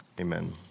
Amen